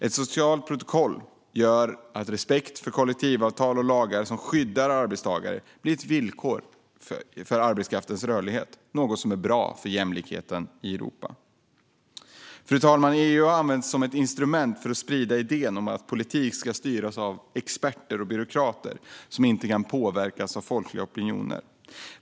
Ett socialt protokoll gör att respekt för kollektivavtal och lagar som skyddar arbetstagare blir ett villkor för arbetskraftens rörlighet, något som är bra för jämlikheten i Europa. Fru talman! EU har använts som ett instrument för att sprida idén om att politik ska styras av experter och byråkrater som inte kan påverkas av folkliga opinioner.